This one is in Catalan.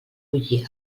bullir